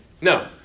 No